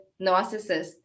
narcissist